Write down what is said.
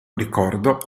ricordo